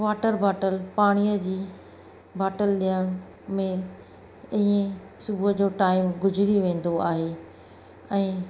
water bottle पाणीअ जी bottle ॾियण में ईअं सुबुह जो टाइम गुज़िरी वेंदो आहे ऐं